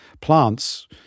plants